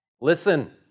Listen